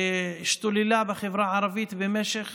שהשתוללה בחברה הערבית במשך